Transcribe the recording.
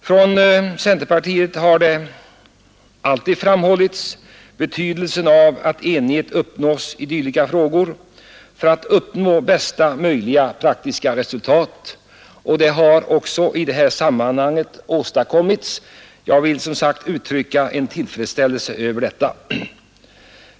Från centerpartiet har det alltid framhållits betydelsen av att enighet uppnås i dylika frågor för att uppnå bästa möjliga praktiska resultat. Detta har också i det här sammanhanget åstadkommits. Jag vill uttrycka min tillfredsställelse över detta.